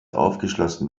aufgeschlossen